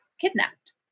kidnapped